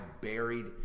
buried